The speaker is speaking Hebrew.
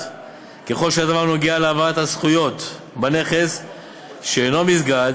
ככל שהדבר נוגע להעברת הזכויות בנכס שאינו מסגד